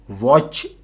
watch